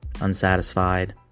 unsatisfied